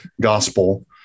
gospel